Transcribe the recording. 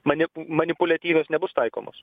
manip manipuliatyvios nebus taikomos